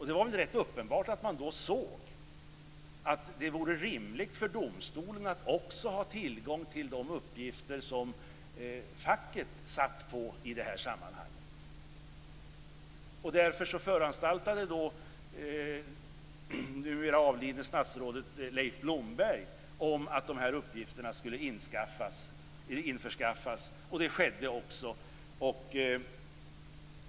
Det var rätt uppenbart att man då såg att det vore rimligt för domstolen att också ha tillgång till de uppgifter som facket satt på i det här sammanhanget. Därför föranstaltade det numera avlidna statsrådet Leif Blomberg om att de här uppgifterna skulle införskaffas. Det skedde också.